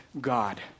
God